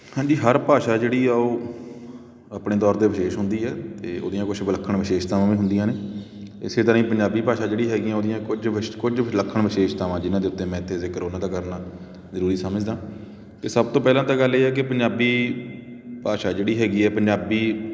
ਹਾਂਜੀ ਹਰ ਭਾਸ਼ਾ ਜਿਹੜੀ ਆ ਉਹ ਆਪਣੇ ਤੌਰ 'ਤੇ ਵਿਸ਼ੇਸ਼ ਹੁੰਦੀ ਹੈ ਅਤੇ ਉਹਦੀਆਂ ਕੁਛ ਵਿਲੱਖਣ ਵਿਸ਼ੇਸ਼ਤਾਵਾਂ ਵੀ ਹੁੰਦੀਆਂ ਨੇ ਇਸ ਤਰ੍ਹਾਂ ਹੀ ਪੰਜਾਬੀ ਭਾਸ਼ਾ ਜਿਹੜੀ ਹੈਗੀ ਆ ਉਹਦੀਆਂ ਕੁਝ ਵਿਸ਼ ਕੁਝ ਵਿਲੱਖਣ ਵਿਸ਼ੇਸ਼ਤਾਵਾਂ ਜਿਨ੍ਹਾਂ ਦੇ ਉੱਤੇ ਮੈਂ ਇੱਥੇ ਜ਼ਿਕਰ ਉਹਨਾਂ ਦਾ ਕਰਨਾ ਜ਼ਰੂਰੀ ਸਮਝਦਾ ਅਤੇ ਸਭ ਤੋਂ ਪਹਿਲਾਂ ਤਾਂ ਗੱਲ ਇਹ ਹੈ ਕਿ ਪੰਜਾਬੀ ਭਾਸ਼ਾ ਜਿਹੜੀ ਹੈਗੀ ਹੈ ਪੰਜਾਬੀ